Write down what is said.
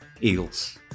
Eagles